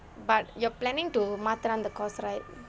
but you're planning to மாற்றான்:maatraan the course right